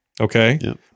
Okay